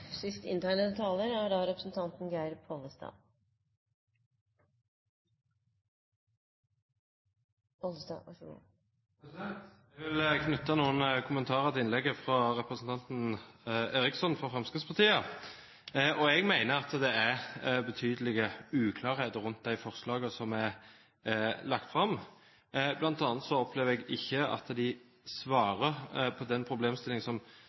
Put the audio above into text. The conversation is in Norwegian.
Jeg vil knytte noen kommentarer til innlegget fra representanten Eriksson fra Fremskrittspartiet. Jeg mener at det er betydelig uklarhet rundt de forslagene som er lagt fram. Jeg opplever bl.a. at de ikke svarer på den